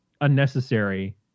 unnecessary